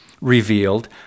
revealed